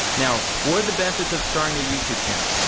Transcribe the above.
now, what are the benefits of starting a youtube channel?